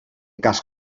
cas